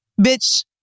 Bitch